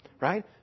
Right